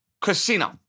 Casino